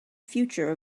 future